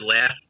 laugh